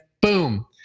boom